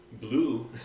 blue